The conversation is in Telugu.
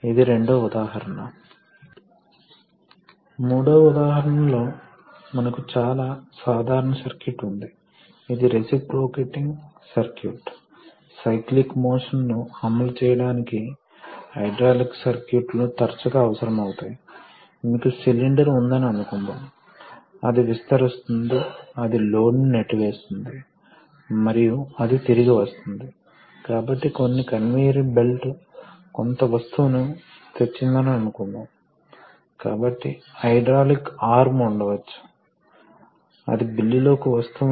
Refer Slide time 1715 ఉదాహరణకు ఇది ఓ రింగ్ ఇది చాలా సాధారణమైన సీల్ కాబట్టి ఇది ప్రెషర్ కి వ్యతిరేకంగా కదులుతున్నప్పుడు ఏమి జరుగుతుందంటే ఈ సీల్ ఒత్తిడి చేయబడుతోంది మరియు అది ఇక్కడకు వచ్చి స్థిరపడుతుంది కనుక ఇది నిజంగా నొక్కినప్పుడు అది ఇక్కడ కి వచ్చి సమర్థవంతంగా స్థిరపడుతుంది ఇది సమర్థవంతంగా ఈ భాగం నుండి సీల్ వేస్తుంది కాబట్టి ఈ రింగ్ ఇది రబ్బరు ట్యూబ్ కాబట్టి ఇది ప్రెషర్ కి లోనవుతుంది అది సెల్ఫ్ సీలింగ్ లోకి వస్తుంది